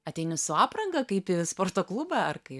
ateini su apranga kaip į sporto klubą ar kaip